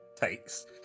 Takes